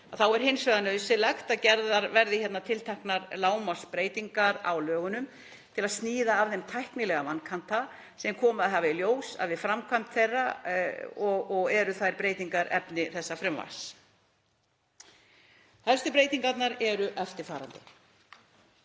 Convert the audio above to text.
er hins vegar nauðsynlegt að gerðar verði tilteknar lágmarksbreytingar á lögunum til að sníða af þeim tæknilega vankanta sem komið hafa í ljós við framkvæmd þeirra og eru þær breytingar efni þessa frumvarps. Helstu breytingarnar eru eftirfarandi